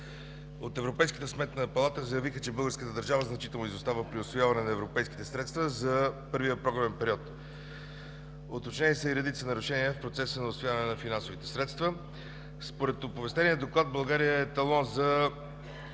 От Европейската сметна палата заявиха, че българската държава значително изостава при усвояването на европейски средства за първия програмен период. Отчетени са и редица нарушения в процеса на усвояване на финансовите средства. Според оповестения доклад, България е еталон за